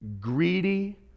greedy